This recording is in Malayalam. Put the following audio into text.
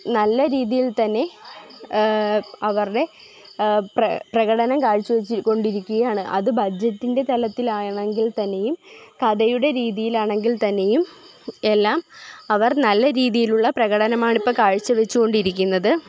നല്ല രീതിയിൽ തന്നെ അവരുടെ പ്ര പ്രകടനം കാഴ്ചവെച്ചുകൊണ്ടിരിക്കുകയാണ് അത് ബഡ്ജറ്റിൻ്റെ തലത്തിൽ ആണെങ്കിൽ തന്നെയും കഥയുടെ രീതിയിലാണെങ്കിൽ തന്നെയും എല്ലാം അവർ നല്ല രീതിയിലുള്ള പ്രകടനമാണ് ഇപ്പോൾ കാഴ്ചവെച്ചുകൊണ്ടിരിക്കുന്നത്